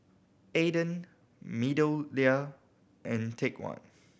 Aden MeadowLea and Take One